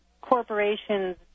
corporations